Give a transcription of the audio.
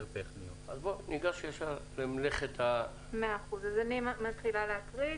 ניגש למלאכת ההקראה.